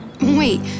Wait